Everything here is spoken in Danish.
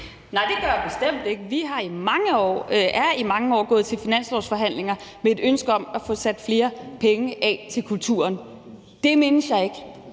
Nej, det gør jeg bestemt ikke. Vi er i mange år gået til finanslovsforhandlinger med et ønske om at få sat flere penge af til kulturen. Det mindes jeg ikke